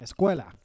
Escuela